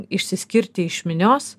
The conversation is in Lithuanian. išsiskirti iš minios